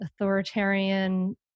authoritarian